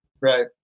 Right